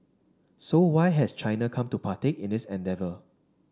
so why has China come to partake in this endeavour